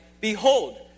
Behold